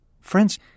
friends